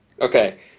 Okay